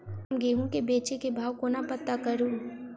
हम गेंहूँ केँ बेचै केँ भाव कोना पत्ता करू?